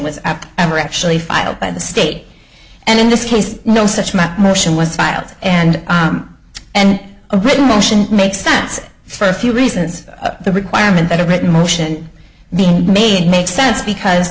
was ever actually filed by the state and in this case no such my motion was filed and and a written motion makes sense for a few reasons the requirement that a written motion being made makes sense because